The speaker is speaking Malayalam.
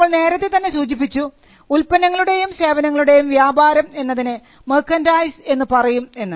നമ്മൾ നേരത്തെ തന്നെ സൂചിപ്പിച്ചു ഉൽപ്പന്നങ്ങളുടെയും സേവനങ്ങളുടെയും വ്യാപാരം എന്നതിനെ മെർക്കന്റൈസ് എന്ന് പറയും എന്ന്